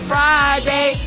Friday